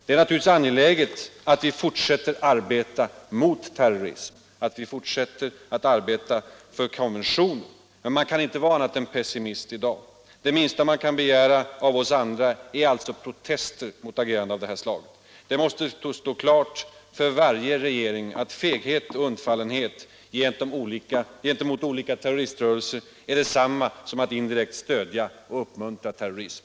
Det är naturligtvis angeläget att vi fortsätter att arbeta mot terrorismen och för konventionen, men man kan inte vara annat än pessimist i dag. Det minsta som kan begäras av oss andra är alltså protester mot agerande av det här slaget. Det måste stå klart för varje regering att feghet och undfallenhet gentemot olika terroriströrelser är detsamma som att indirekt stödja och uppmuntra terrorism.